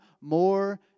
more